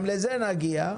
גם לזה נגיע.